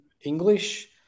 English